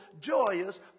joyous